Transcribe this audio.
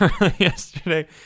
yesterday